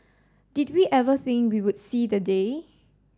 did we ever think we would see the day